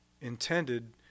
intended